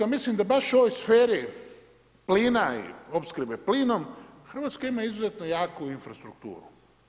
Ja mislim da baš u ovoj sferi plina i opskrbe plinom Hrvatska ima izuzetno jaku infrastrukturu.